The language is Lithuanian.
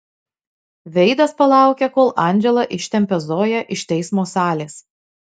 veidas palaukia kol andžela ištempia zoją iš teismo salės